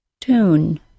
Tune